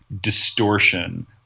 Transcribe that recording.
distortion